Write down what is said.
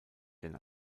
denn